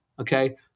okay